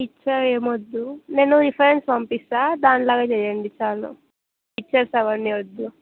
picture ఏమి వద్దు నేను రిఫరెన్స్ పంపిస్తాను దానిలాగా చేయండి చాలు పిక్చర్స్ అవన్నీ వద్దు